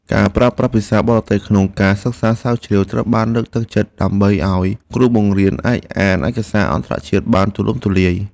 ការប្រើប្រាស់ភាសាបរទេសក្នុងការសិក្សាស្រាវជ្រាវត្រូវបានលើកទឹកចិត្តដើម្បីឱ្យគ្រូបង្រៀនអាចអានឯកសារអន្តរជាតិបានទូលំទូលាយ។